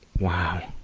wow.